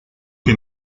que